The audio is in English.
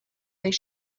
their